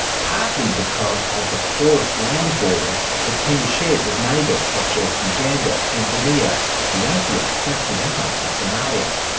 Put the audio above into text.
partly because of the porous land borders that kenya shares with neighbours such as uganda, tanzania, ethiopia, south sudan and somalia.